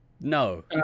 no